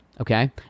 Okay